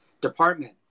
department